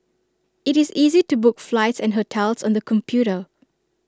IT is easy to book flights and hotels on the computer